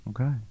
Okay